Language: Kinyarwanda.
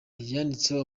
yanditseho